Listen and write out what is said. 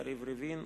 יריב לוין,